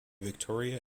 victoria